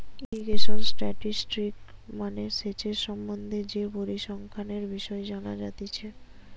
irrigation statistics মানে সেচের সম্বন্ধে যে পরিসংখ্যানের বিষয় জানা যাতিছে